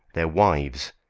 their wives,